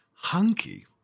Hunky